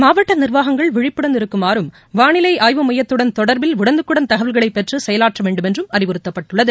மாவட்ட நிர்வாகங்கள் விழிப்புடன் இருக்குமாறும் வானிலை ஆய்வு மையத்துடன் தொடர்பில் உடனுக்குடன் தகவல்களை பெற்று செயலாற்ற வேண்டும் என்றும் அறிவுறத்தப்பட்டுள்ளது